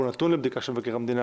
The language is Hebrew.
והוא נתון הרי לבדיקה של מבקר המדינה